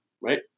right